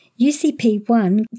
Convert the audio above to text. UCP1